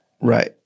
Right